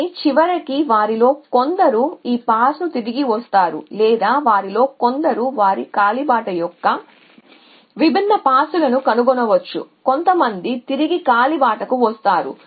కానీ చివరికి వాటిలో కొన్ని ఈ మార్గంలో తిరిగి వస్తాయి లేదా వాటిలో కొన్ని వారి కాలిబాట యొక్క విభిన్న పాస్లను కనుగొనవచ్చు కొన్ని తిరిగి కాలిబాటకు వస్తాయి